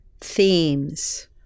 themes